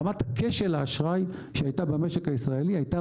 רמת כשל האשראי שהייתה במשק הישראלי הייתה